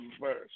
verse